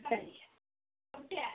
சரிங்க